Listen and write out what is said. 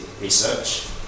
research